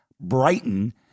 Brighton